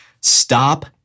Stop